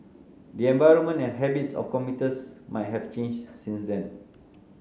the environment and habits of commuters might have changed since then